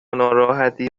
ناراحتی